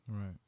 Right